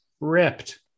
ripped